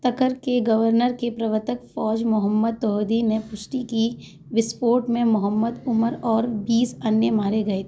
तकर के गवर्नर के प्रवतक फौज मोहम्मद तौहीदी ने पुष्टि की विस्फोट में मोहम्मद उमर और बीस अन्य मारे गए थे